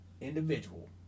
individual